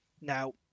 Now